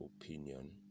opinion